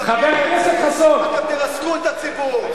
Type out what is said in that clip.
אתם תרסקו את הציבור.